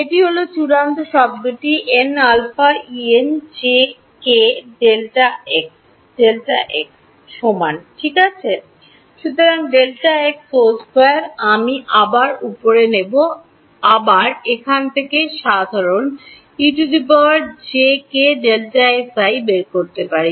এটি হল চূড়ান্ত শব্দটি n α en jkΔx Δx সমান ঠিক আছে সুতরাং Δx 2 আমি আবার ওপারে নেব আবার এখান থেকে সাধারণ বের করতে পারি